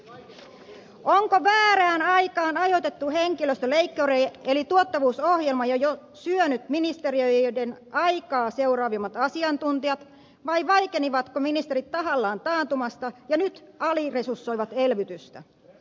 onko väärään aikaan ajoitettu henkilöstöleikkuri eli tuottavuusohjelma jo syönyt ministeriöiden aikaa seuraavimmat asiantuntijat vai vaikenivatko ministerit tahallaan taantumasta ja nyt aliresursoivat elvytystä